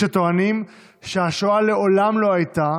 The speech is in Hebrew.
יש הטוענים שהשואה מעולם לא הייתה,